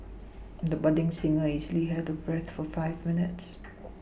the budding singer easily held her breath for five minutes